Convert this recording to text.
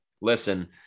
listen